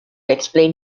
explain